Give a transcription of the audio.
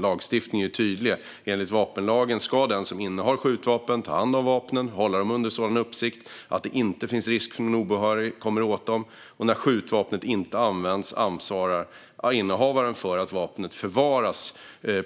Lagstiftningen är tydlig - enligt vapenlagen ska den som innehar skjutvapen ta hand om vapnen och hålla dem under sådan uppsikt att det inte finns risk att någon obehörig kommer åt dem, och när ett vapen inte används ansvarar innehavaren för att vapnet förvaras